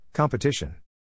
Competition